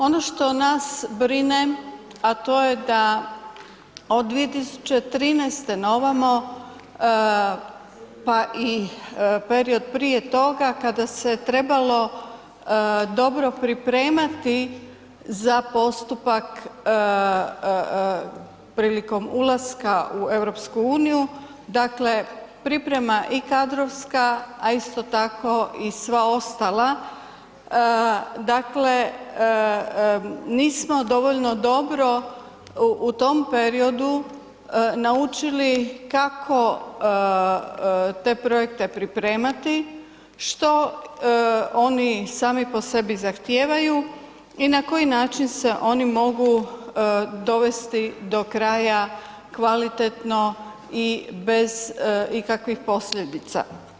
Ono što nas brine, a to je da od 2013. na ovamo pa i period prije toga kada se trebalo dobro pripremati za postupak prilikom ulaska u EU, dakle priprema i kadrovska, a isto tako i sva ostala, dakle nismo dovoljno dobro u tom periodu naučili kako te projekte pripremati, što oni sami po sebi zahtijevaju i na koji način se oni mogu dovesti do kraja kvalitetno i bez ikakvih posljedica.